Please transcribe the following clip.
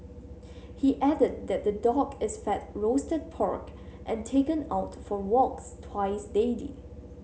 he added that the dog is fed roasted pork and taken out for walks twice daily